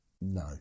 No